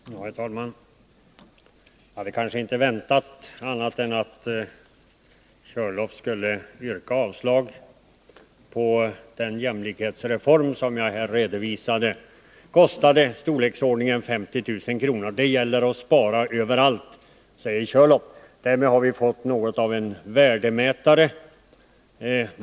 Herr talman! Jag hade kanske inte väntat annat än att Björn Körlof skulle yrka avslag på den jämlikhetsreform som — vilket jag här har redovisat — skulle kosta i storleksordningen 50 000 kr. Det gäller att spara överallt, säger herr Körlof. Därmed har vi fått något av en värdemätare.